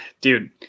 dude